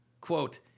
Quote